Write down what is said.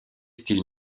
styles